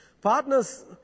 Partners